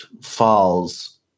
falls